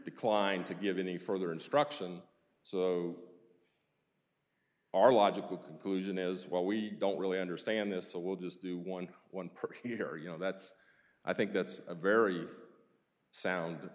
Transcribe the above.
declined to give any further instruction so our logical conclusion is well we don't really understand this so we'll just do one one per here you know that's i think that's a very sound